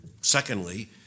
secondly